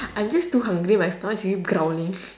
I'm just too hungry my stomach is really growling